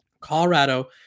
colorado